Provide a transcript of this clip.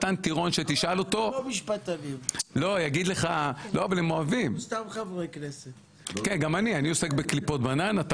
נזרק לתוך- -- והתמלוגים כמובן שגם הם הולכים לתקציב המדינה.